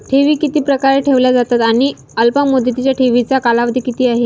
ठेवी किती प्रकारे ठेवल्या जातात आणि अल्पमुदतीच्या ठेवीचा कालावधी किती आहे?